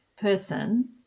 person